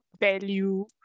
value